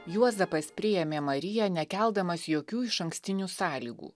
juozapas priėmė mariją nekeldamas jokių išankstinių sąlygų